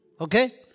Okay